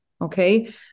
Okay